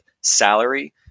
salary